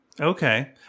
Okay